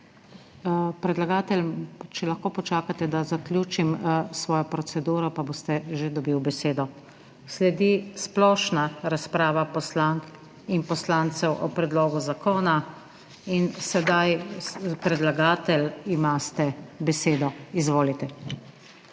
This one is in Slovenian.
Predlagatelj, če lahko počakate, da zaključim svojo proceduro, pa boste že dobili besedo. Sledi splošna razprava poslank in poslancev o predlogu zakona. In sedaj predlagatelj, imate besedo. Izvolite.